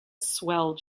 swell